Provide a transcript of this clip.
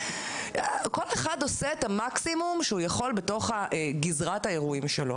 כל אחד עושה את המקסימום שהוא יכול בתוך גזרת האירועים שלו.